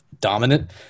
dominant